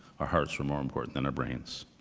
our hearts were more important than our brains.